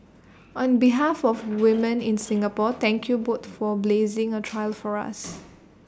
on behalf of women in Singapore thank you both for blazing A trail for us